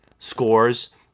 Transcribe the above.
Scores